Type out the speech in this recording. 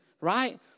right